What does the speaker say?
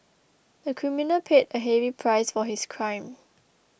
the criminal paid a heavy price for his crime